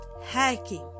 hacking